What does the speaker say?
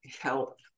help